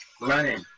Running